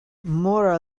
mora